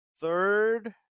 third